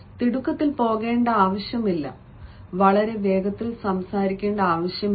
തിടുക്കത്തിൽ പോകേണ്ട ആവശ്യമില്ല വളരെ വേഗത്തിൽ സംസാരിക്കേണ്ട ആവശ്യമില്ല